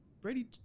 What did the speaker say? Brady